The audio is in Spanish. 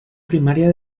primaria